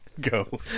Go